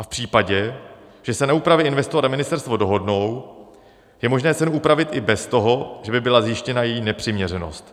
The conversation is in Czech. A v případě, že se na úpravě investor a ministerstvo dohodnou, je možné cenu upravit i bez toho, že by byla zjištěna její nepřiměřenost.